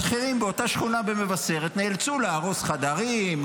נאלצו להרוס חדרים,